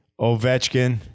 Ovechkin